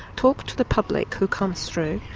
talk to the public who come through,